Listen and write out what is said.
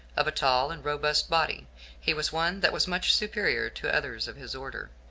of a tall and robust body he was one that was much superior to others of his order,